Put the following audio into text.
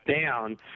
down